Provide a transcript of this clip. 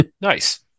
Nice